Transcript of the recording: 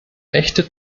echte